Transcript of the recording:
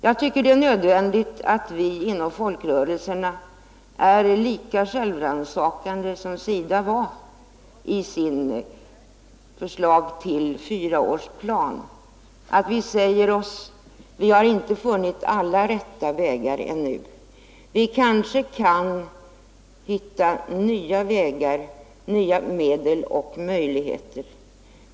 Jag tycker det är nödvändigt att vi inom folkrörelserna är lika självrannsakande som SIDA var i sitt förslag till fyraårsplan, att vi säger oss, att vi inte har funnit alla rätta vägar ännu. Vi kanske kan hitta nya vägar, nya medel och möjligheter.